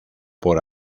por